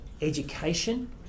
education